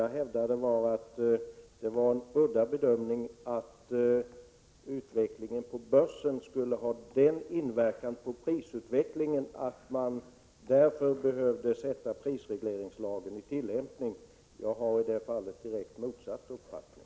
Jag hävdade att det var en udda bedömning att tro att utvecklingen på börsen skulle ha en sådan inverkan på prisutvecklingen att man behövde sätta prisregleringslagen i tillämpning. Jag har i det fallet rakt motsatt uppfattning.